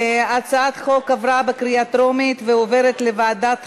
הצעת החוק עברה בקריאה טרומית ועוברת לוועדת החינוך,